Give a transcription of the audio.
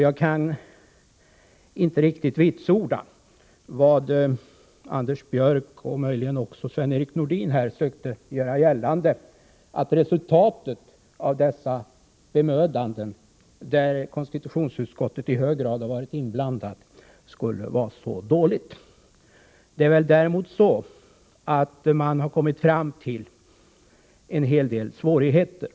Jag kan inte riktigt vitsorda vad Anders Björck och möjligen också Sven-Erik Nordin här sökte göra gällande, att resultatet av dessa bemödanden, där konstitutionsutskottet i hög grad varit inblandat, skulle vara så dåligt. Det är däremot så, att man har kommit fram till att det finns en hel del svårigheter.